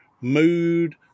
mood